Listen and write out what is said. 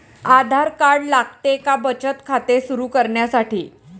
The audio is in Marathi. आधार कार्ड लागते का बचत खाते सुरू करण्यासाठी?